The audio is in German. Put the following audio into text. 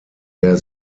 der